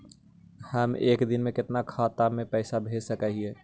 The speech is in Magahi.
हम एक दिन में कितना खाता में पैसा भेज सक हिय?